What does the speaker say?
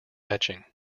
etching